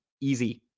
easy